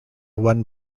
won